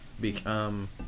become